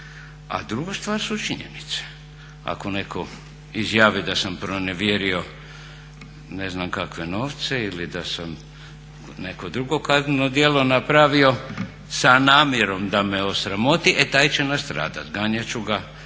A druga stvar su činjenice. Ako netko izjavi da sam pronevjerio ne znam kakve novce ili da sam neko drugo kazneno djelo napravio sa namjerom da me osramoti, e taj će nastradati, ganjati ću ga